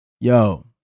Yo